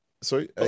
Sorry